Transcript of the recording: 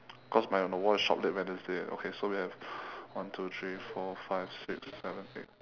cause my on the wall is shop late wednesday okay so we have one two three four five six seven eight